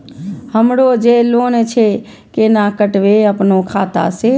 हमरो जे लोन छे केना कटेबे अपनो खाता से?